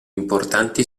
importanti